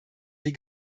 die